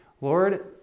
Lord